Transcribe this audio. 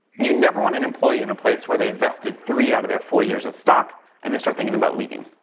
you never want an employee in a place where they vested three out of their four years of stock and they start thinking about leaving.